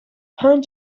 point